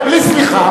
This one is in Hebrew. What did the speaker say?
בלי סליחה.